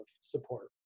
support